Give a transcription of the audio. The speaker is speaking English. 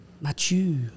Matthew